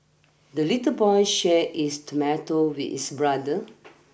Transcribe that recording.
the little boy shared his tomato with his brother